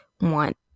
want